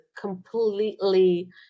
completely